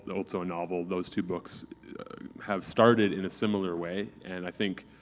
also a novel, those two books have started in a similar way. and i think